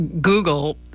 Google